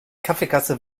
kaffeekasse